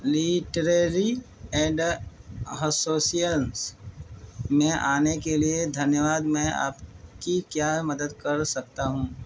literary and association में आने के लिए धन्यवाद मैं आपकी क्या मदद कर सकता हूँ